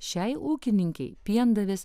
šiai ūkininkei piendavės